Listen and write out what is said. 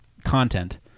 content